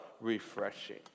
refreshing